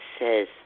says